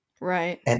Right